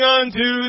unto